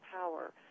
power